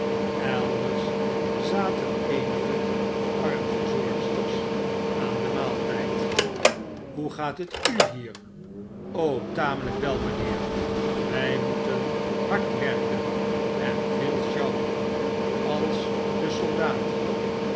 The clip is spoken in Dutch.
eiders zaten eenige armverzorgsters aan den maaltyd hoe gaat het u hier tamelijk wel mijnheer wy moeten hard werken en veel sjouwen als de soldaten